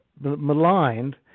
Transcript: maligned